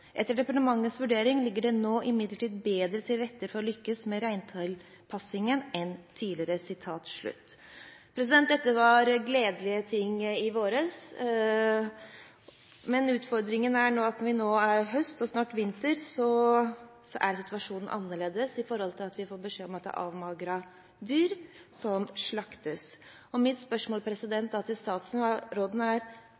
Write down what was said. Etter departementets vurdering ligger det nå imidlertid bedre til rette for å lykkes med reintallstilpasningen enn tidligere.» Dette var gledelige ting i våres, men utfordringen er at det nå er høst og snart vinter og situasjonen er annerledes: Vi får beskjed om at det er avmagrede dyr som slaktes. Mitt spørsmål